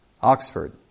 Oxford